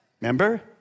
Remember